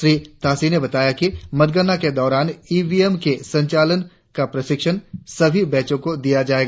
श्री तासी ने बताया कि मतगणना के दौरान ई वी एम को संचालन का प्रशिक्षण सभी बैचों को दिया जाएगा